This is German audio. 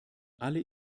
alle